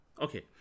okay